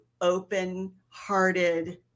open-hearted